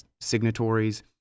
signatories